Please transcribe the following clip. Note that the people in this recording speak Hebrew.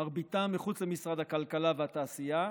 מרביתם מחוץ למשרד הכלכלה והתעשייה.